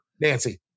Nancy